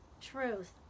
truth